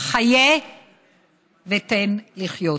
'חיה ותן לחיות'".